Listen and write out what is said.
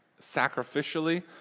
sacrificially